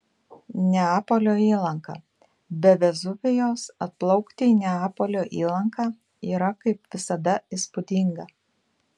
neapolio įlanka be vezuvijaus atplaukti į neapolio įlanką yra kaip visada įspūdinga